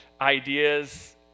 ideas